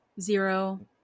zero